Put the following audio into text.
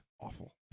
awful